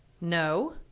No